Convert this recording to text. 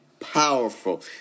powerful